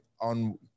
on